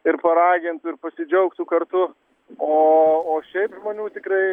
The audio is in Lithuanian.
ir paragintų ir pasidžiaugtų kartu o o šiaip žmonių tikrai